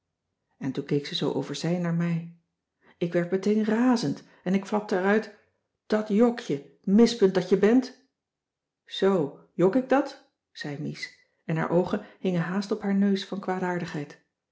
en toen keek ze zoo overzij naar mij ik werd meteen ràzend en ik flapte eruit dat jok je mispunt dat je bent zoo jok ik dat ze mies en haar oogen hingen haast op haar neus van